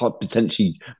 potentially